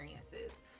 experiences